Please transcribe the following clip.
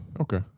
Okay